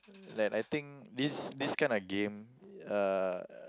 that I think this this kind of game uh